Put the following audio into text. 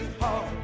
heart